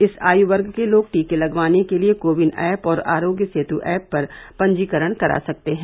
इस आयु वर्ग के लोग टीके लगवाने के लिए कोविन ऐप और आरोग्य सेतु ऐप पर पंजीकरण करा सकते हैं